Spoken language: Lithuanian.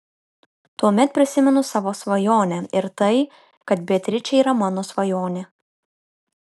tuomet prisimenu savo svajonę ir tai kad beatričė yra mano svajonė